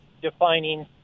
defining